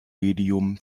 medium